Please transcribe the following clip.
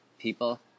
people